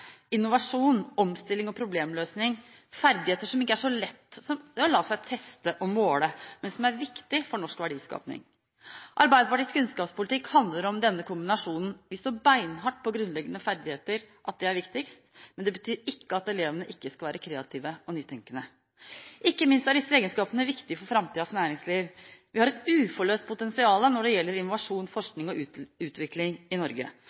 innovasjon, omstilling og problemløsning – ferdigheter som ikke så lett lar seg teste eller måle, men som er viktige for norsk verdiskaping. Arbeiderpartiets kunnskapspolitikk handler om denne kombinasjonen. Vi står beinhardt på at grunnleggende ferdigheter er viktigst, men det betyr ikke at elevene ikke skal være kreative og nytenkende. Ikke minst er disse egenskapene viktige for framtidas næringsliv. Vi har et uforløst potensial når det gjelder innovasjon, forskning og utvikling i Norge,